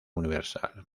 universal